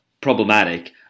problematic